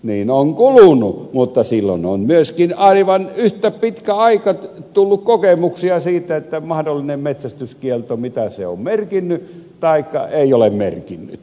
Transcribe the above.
niin on kulunut mutta silloin on myöskin aivan yhtä pitkä aika tullut kokemuksia siitä mitä mahdollinen metsästyskielto on merkinnyt taikka ei ole merkinnyt